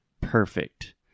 Perfect